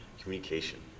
Communication